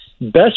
best